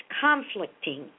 conflicting